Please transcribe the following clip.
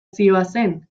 zihoazen